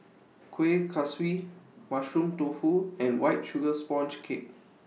Kueh Kaswi Mushroom Tofu and White Sugar Sponge Cake